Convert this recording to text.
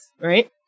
right